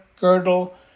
girdle